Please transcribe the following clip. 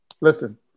listen